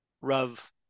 Rav